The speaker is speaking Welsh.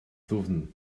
ddwfn